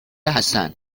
حسن